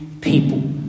people